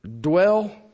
dwell